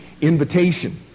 invitation